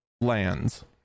lands